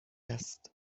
است